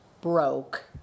broke